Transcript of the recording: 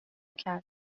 کرد